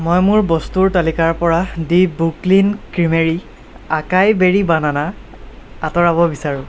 মই মোৰ বস্তুৰ তালিকাৰ পৰা the Brooklyn Creamery acai berry banana আঁতৰাব বিচাৰো